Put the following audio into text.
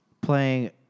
playing